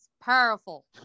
Powerful